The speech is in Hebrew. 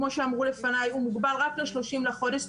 כמו שאמרו לפניי, הוא מוגבל רק ל-30 בחודש.